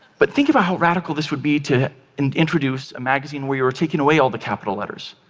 but think about how radical this would be to and introduce a magazine where you're taking away all the capital letters.